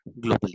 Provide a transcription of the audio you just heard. globally